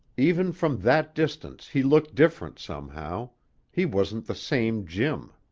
even from that distance he looked different, somehow he wasn't the same jim.